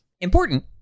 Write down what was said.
important